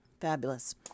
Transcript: Fabulous